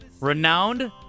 renowned